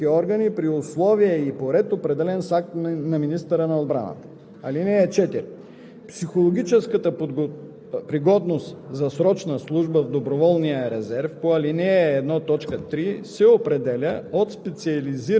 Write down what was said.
(3) Годността за срочна служба в доброволния резерв по ал. 1, т. 2 се определя от военномедицински органи при условия и по ред, определени с акт на министъра на отбраната. (4)